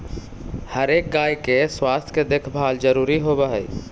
हर एक गाय के स्वास्थ्य के देखभाल जरूरी होब हई